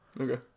okay